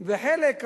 וחלק,